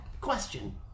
question